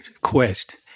quest